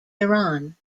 tehran